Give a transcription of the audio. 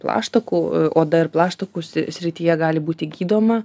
plaštakų oda ir plaštakų srityje gali būti gydoma